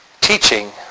teaching